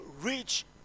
reach